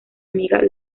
amiga